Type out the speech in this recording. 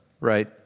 right